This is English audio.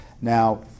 Now